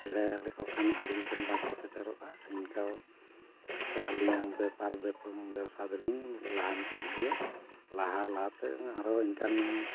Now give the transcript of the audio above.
ᱮᱲᱮ ᱞᱮᱠᱚ ᱠᱷᱟᱱ ᱟᱹᱞᱤᱧ ᱴᱷᱮᱱ ᱵᱟᱝᱠᱚ ᱥᱮᱴᱮᱨᱚᱜᱼᱟ ᱚᱱᱠᱟ ᱠᱟᱛᱮᱫ ᱟᱹᱞᱤᱧᱟᱜ ᱵᱮᱯᱟᱨ ᱵᱮᱵᱽᱥᱟ ᱫᱚᱞᱤᱧ ᱞᱟᱦᱟᱱᱛᱤ ᱤᱫᱤᱭᱟ ᱞᱟᱦᱟ ᱞᱟᱦᱟᱛᱮ ᱟᱨᱚ ᱤᱱᱠᱟᱹᱱ